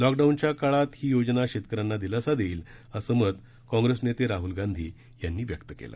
लॉकडाऊनच्या काळात ही योजना शेतकऱ्यांना दिलासा देईल असं मत कॉप्रेस नेते राहूल गांधी यांनी व्यक्त केलं